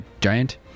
giant